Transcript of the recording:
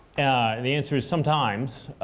and the answer is sometimes.